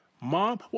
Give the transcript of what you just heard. Mom